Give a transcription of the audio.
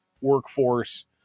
workforce